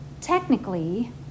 Technically